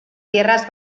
tierras